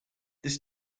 this